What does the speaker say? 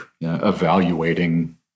evaluating